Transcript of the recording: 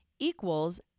equals